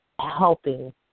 helping